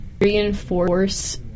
reinforce